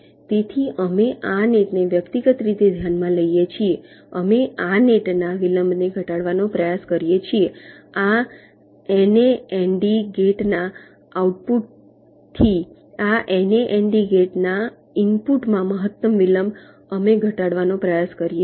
તેથી અમે આ નેટને વ્યક્તિગત રીતે ધ્યાનમાં લઈએ છીએ અમે આ નેટના વિલંબને ઘટાડવાનો પ્રયાસ કરીએ છીએ આ NAND ગેટના આઉટપુટથી આ NAND ગેટ્સના ઇનપુટમાં મહત્તમ વિલંબ અમે ઘટાડવાનો પ્રયાસ કરીએ છીએ